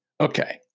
Okay